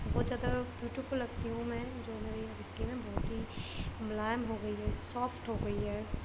بہت زیادہ beautiful لگتی ہوں میں جو میری اسکن ہے بہت ہی ملائم ہوگئی ہے سوفٹ ہوگئی ہے